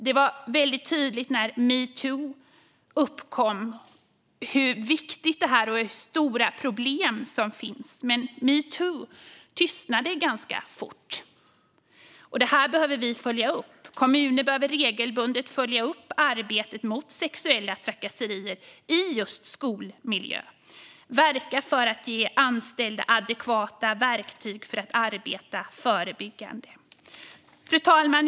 När metoo kom var det tydligt hur viktigt det är och hur stora problem som finns. Men metoo tystande ganska fort. Vi behöver följa upp det här. Kommuner behöver regelbundet följa upp arbetet mot sexuella trakasserier i just skolmiljön och verka för att ge anställda adekvata verktyg för att arbeta förebyggande. Fru talman!